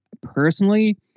personally